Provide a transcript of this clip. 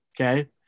Okay